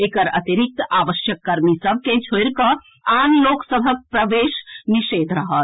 एकर अतिरिक्त आवश्यक कर्मी सभ के छोड़ि कऽ आन लोक सभक प्रवेश निषेध रहत